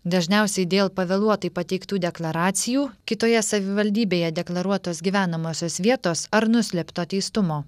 dažniausiai dėl pavėluotai pateiktų deklaracijų kitoje savivaldybėje deklaruotos gyvenamosios vietos ar nuslėpto teistumo